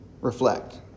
reflect